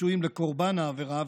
בפיצויים לקורבן העבירה,